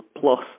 plus